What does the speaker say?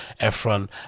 Efron